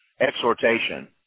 exhortation